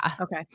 okay